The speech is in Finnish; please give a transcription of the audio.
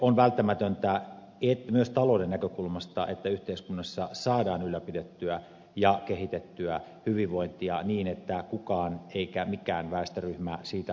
on välttämätöntä myös talouden näkökulmasta että yhteiskunnassa saadaan ylläpidettyä ja kehitettyä hyvinvointia niin ettei kukaan eikä mikään väestöryhmä siitä putoa